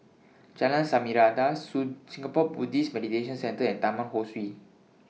Jalan Samarinda Soon Singapore Buddhist Meditation Centre and Taman Ho Swee